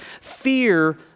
Fear